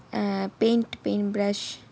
paint paint brush